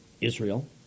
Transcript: Israel